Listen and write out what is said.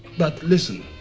but listen.